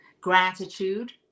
gratitude